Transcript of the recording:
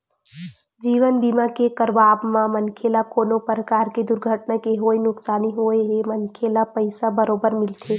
जीवन बीमा के करवाब म मनखे ल कोनो परकार ले दुरघटना के होय नुकसानी होए हे मनखे ल पइसा बरोबर मिलथे